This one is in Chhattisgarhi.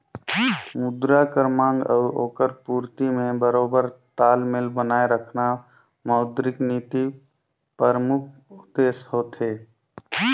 मुद्रा कर मांग अउ ओकर पूरती में बरोबेर तालमेल बनाए रखना मौद्रिक नीति परमुख उद्देस होथे